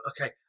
okay